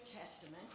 Testament